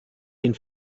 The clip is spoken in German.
den